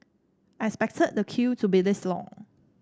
I expected the queue to be this long